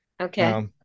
Okay